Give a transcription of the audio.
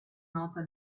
nota